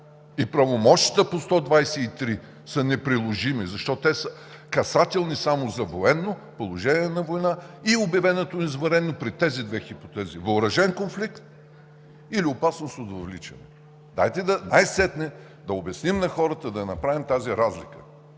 И правомощията по чл. 123 са неприложими, защото те са касателни само за военно, положение на война, и обявеното извънредно при тези две хипотези – въоръжен конфликт или опасност от въвличане. Дайте най-сетне да обясним на хората, да направим тази разлика!